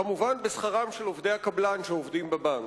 כמובן, בשכרם של עובדי הקבלן שעובדים בבנק.